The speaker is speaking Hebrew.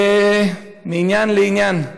מעניין לעניין,